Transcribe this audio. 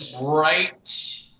right